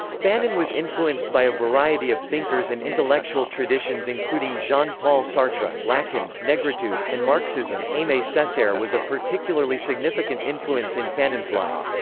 fanon was influenced by a variety of thinkers and intellectual traditions including jean-paul sartre, lacan, negritude, and marxism aime cesaire was a particularly significant influence in fanon's life.